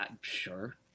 sure